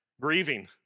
grieving